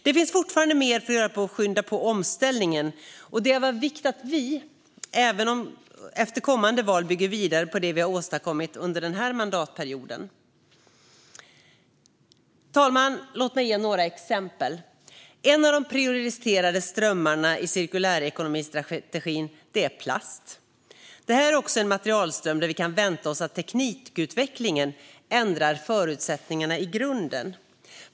Det finns fortfarande mer att göra för att skynda på omställningen, och det är av vikt att vi efter kommande val bygger vidare på det vi har åstadkommit under den här mandatperioden. Låt mig ge några exempel, herr talman! En av de prioriterade strömmarna i strategin för cirkulär ekonomi är den för plast. Det här är också en materialström där vi kan vänta oss att teknikutvecklingen ändrar förutsättningarna i grunden.